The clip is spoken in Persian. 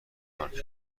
مراکش